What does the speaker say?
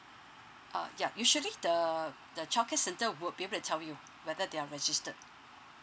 uh ya usually the the childcare centre would be able to tell you whether they're registered